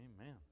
Amen